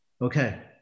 Okay